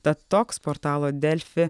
tad toks portalo delfi